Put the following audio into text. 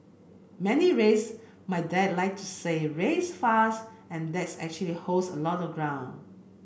many race my dad like to say race fast and that actually holds a lot of ground